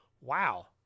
wow